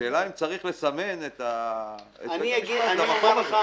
השאלה אם צריך לסמן את המקום הזה.